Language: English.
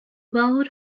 world